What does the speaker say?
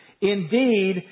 Indeed